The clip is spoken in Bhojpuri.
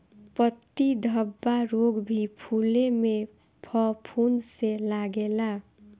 पत्ती धब्बा रोग भी फुले में फफूंद से लागेला